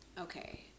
okay